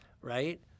right